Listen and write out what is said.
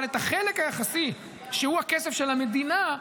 אבל את החלק היחסי שהוא הכסף של המדינה,